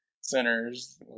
centers